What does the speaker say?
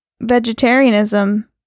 vegetarianism